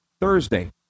Thursday